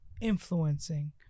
influencing